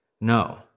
no